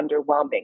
underwhelming